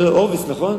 הורביץ, נכון?